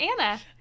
Anna